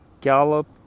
gallop